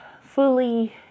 fully